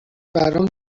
برام